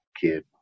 kid